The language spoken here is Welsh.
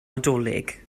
nadolig